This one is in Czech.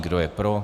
Kdo je pro?